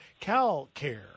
CalCare